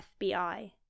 FBI